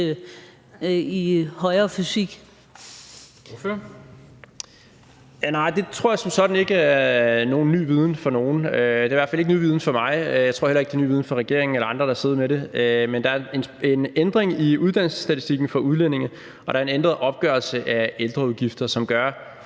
(KF): Nej, det tror jeg som sådan ikke er nogen ny viden for nogen. Det er i hvert fald ikke ny viden for mig, og jeg tror heller ikke, det er en ny viden for regeringen eller andre, der har siddet med det. Men der er en ændring i uddannelsesstatistikken for udlændinge, og der er en ændret opgørelse af ældreudgifter, som gør,